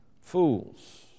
fools